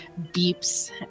beeps